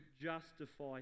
justify